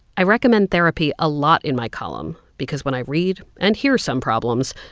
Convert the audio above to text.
i recommend therapy a lot in my column because when i read and hear some problems,